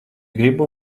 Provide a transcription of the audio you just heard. gribu